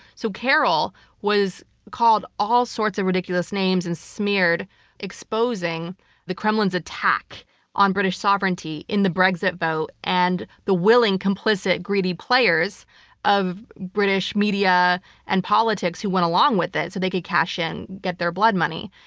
so carole was called all sorts of ridiculous names and smeared for exposing the kremlin's attack on british sovereignty in the brexit vote and the willing complicit greedy players of british media and politics who went along with it so they could cash in and get their blood money.